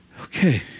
okay